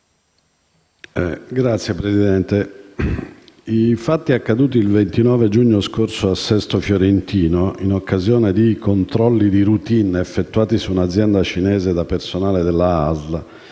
senatori, i fatti accaduti il 29 giugno scorso a Sesto Fiorentino, in occasione di controlli di *routine* effettuati su un'azienda cinese da personale dell'ASL,